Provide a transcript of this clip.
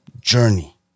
journey